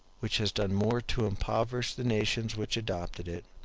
which has done more to impoverish the nations which adopted it,